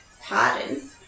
pardon